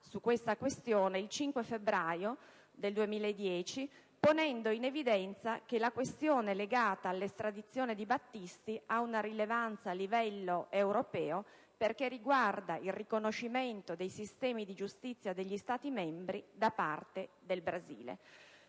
su tale questione, il 5 febbraio 2010, ponendo in evidenza che la questione legata all'estradizione di Battisti ha una rilevanza a livello europeo, perché riguarda il riconoscimento dei sistemi di giustizia degli Stati membri da parte del Brasile.